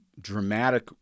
dramatic